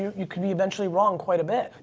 you you can be eventually wrong quite a bit.